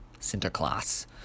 Sinterklaas